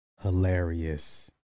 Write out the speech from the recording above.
hilarious